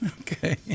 Okay